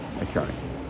occurrence